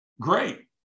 Great